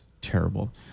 terrible